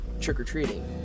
trick-or-treating